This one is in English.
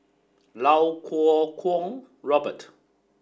Iau Kuo Kwong Robert